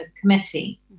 committee